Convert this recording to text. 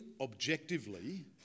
objectively